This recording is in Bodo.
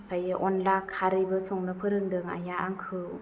ओमफ्रायो अनला खारैबो संनो फोरोंदों आइया आंखौ